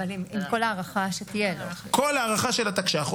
הפסוק אומר: "עת צרה היא ליעקב